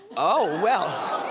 oh, well!